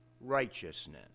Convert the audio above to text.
righteousness